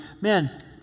man